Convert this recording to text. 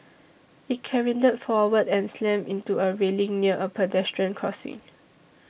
it careened forward and slammed into a railing near a pedestrian crossing